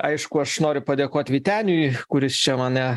aišku aš noriu padėkot vyteniui kuris čia mane